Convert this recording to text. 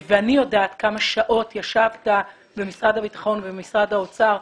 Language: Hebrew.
ואני יודעת כמה שעות ישבת במשרד הביטחון ובמשרד האוצר,